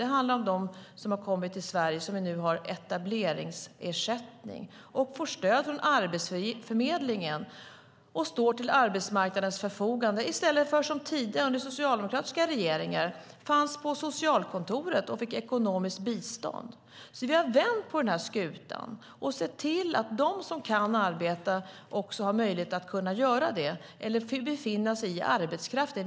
Det handlar om dem som har kommit till Sverige som nu har etableringsersättning, får stöd från Arbetsförmedlingen och står till arbetsmarknadens förfogande. Under socialdemokratiska regeringar fanns de tidigare på socialkontoret och fick ekonomiskt bistånd. Vi har vänt på skutan och sett till att de som kan arbeta också har möjlighet att göra det eller befinna sig i arbetskraften.